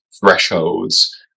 thresholds